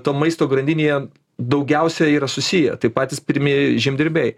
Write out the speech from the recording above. to maisto grandinėje daugiausia yra susiję tai patys pirmieji žemdirbiai